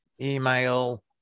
email